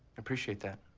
appreciate that.